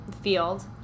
field